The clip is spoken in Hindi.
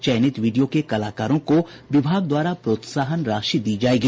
चयनित वीडियो के कलाकारों को विभाग द्वारा प्रोत्साहन राशि दी जायेगी